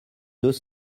deux